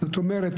זאת אומרת,